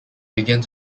begins